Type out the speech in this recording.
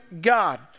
God